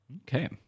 Okay